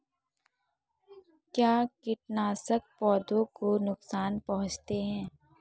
क्या कीटनाशक पौधों को नुकसान पहुँचाते हैं?